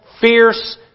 fierce